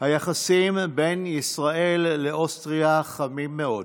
היחסים בין ישראל לאוסטריה חמים מאוד,